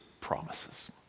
promises